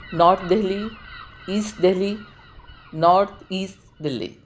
north Delhi east Delhi north east Delhi